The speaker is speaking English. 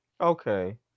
Okay